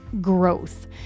growth